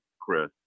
Chris